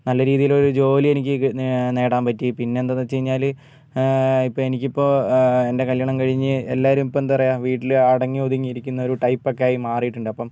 നല്ല രീതിയിൽ ഒരു ജോലി എനിക്ക് നേ നേടാൻ പറ്റി പിന്നെ എന്താണെന്ന് വെച്ചുകഴിഞ്ഞാൽ ഇപ്പോൾ എനിക്ക് ഇപ്പോൾ എൻ്റെ കല്യാണം കഴിഞ്ഞു എല്ലാവരും ഇപ്പോൾ എന്താണ് പറയുക വീട്ടിൽ അടങ്ങി ഒതുങ്ങി ഇരിക്കുന്ന ഒരു ടൈപ്പ് ഒക്കെ ആയി മാറിയിട്ടുണ്ട് അപ്പം